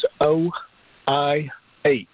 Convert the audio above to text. O-I-H